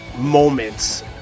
moments